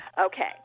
okay